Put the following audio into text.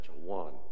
one